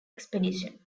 expedition